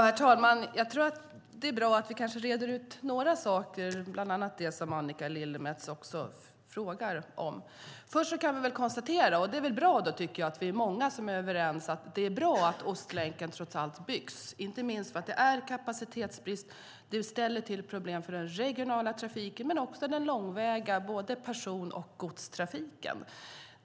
Herr talman! Jag tror att det är bra att vi reder ut några saker, bland annat det som Annika Lillemets frågar om. Först kan jag konstatera att det är bra att vi är många som är överens om att det är bra att Ostlänken trots allt byggs, inte minst för att det är kapacitetsbrist, vilket ställer till problem för den regionala trafiken men också för den långväga både person och godstrafiken.